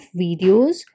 videos